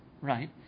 Right